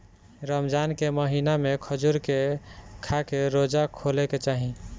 रमजान के महिना में खजूर के खाके रोज़ा खोले के चाही